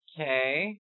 Okay